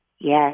Yes